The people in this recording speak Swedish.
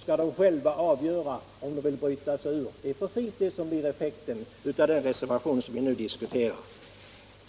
skall de själva få avgöra om de vill bryta sig ur! Det är just det som blir effekten av den reservation vi nu diskuterar.